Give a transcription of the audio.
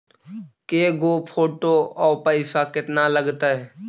के गो फोटो औ पैसा केतना लगतै?